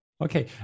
Okay